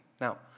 Now